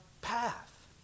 path